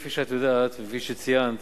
כפי שאת יודעת וכפי שאת ציינת,